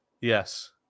Yes